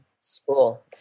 school